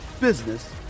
business